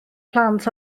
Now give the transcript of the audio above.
plant